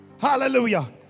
Hallelujah